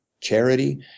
charity